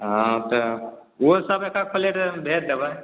हँ तऽ ओहो सब एक एक पलेट भेज देबै